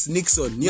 Nixon